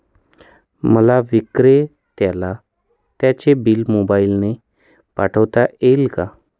मला विक्रेत्याला त्याचे बिल मोबाईलने पाठवता येईल का?